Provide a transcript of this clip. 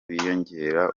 biyongera